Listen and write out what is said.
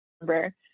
remember